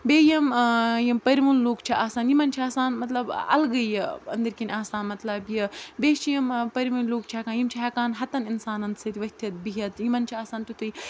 بیٚیہِ یِم یِم پٔرۍوُن لُکھ چھِ آسان یِمَن چھِ آسان مطلب اَلگٕے یہِ أنٛدٕرۍ کِنۍ آسان مطلب یہِ بیٚیہِ چھِ یِم پٔرۍوُن لُکھ چھِ ہٮ۪کان یِم چھِ ہٮ۪کان ہَتَن اِنسانَن سۭتۍ ؤتھِتھ بِہِتھ یِمَن چھِ آسان تِتھُے